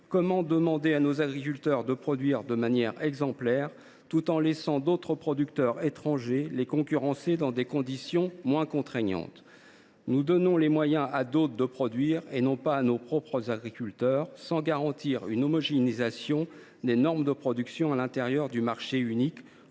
Comment demander à nos agriculteurs de produire de manière exemplaire tout en laissant d’autres producteurs étrangers les concurrencer dans des conditions moins contraignantes ? Nous donnons les moyens à d’autres de produire, mais non pas à nos propres agriculteurs, et ce sans garantir une homogénéisation des normes de production à l’intérieur du marché unique